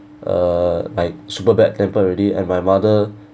uh like super bad tempered already and my mother